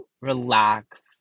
relax